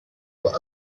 will